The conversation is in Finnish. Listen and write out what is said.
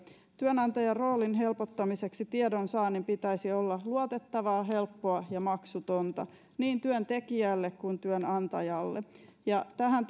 työnantajan roolin helpottamiseksi tiedonsaannin pitäisi olla luotettavaa helppoa ja maksutonta niin työntekijälle kuin työnantajalle tähän